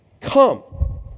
Come